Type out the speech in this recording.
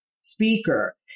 speaker